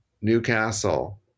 Newcastle